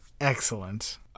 excellent